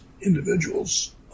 individuals